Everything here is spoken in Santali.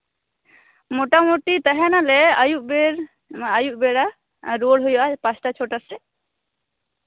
ᱢᱳᱴᱟᱢᱩᱴᱤ ᱛᱟᱦᱮᱱᱟᱞᱮ ᱟᱹᱭᱩᱵ ᱵᱮᱨ ᱚᱱᱟ ᱟᱹᱭᱩᱵ ᱵᱮᱲᱟ ᱟᱨ ᱨᱩᱣᱟᱹᱲ ᱦᱩᱭᱩᱜᱼᱟ ᱯᱟᱸᱪᱴᱟ ᱪᱷᱚᱴᱟ ᱥᱮᱫ